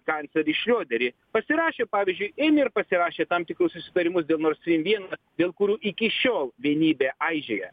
kanclerį šrioderį pasirašė pavyzdžiui ėmė ir pasirašė tam tikrus susitarimus dėl norstrym vienas dėl kurių iki šiol vienybė aižėja